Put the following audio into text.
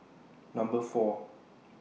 Number four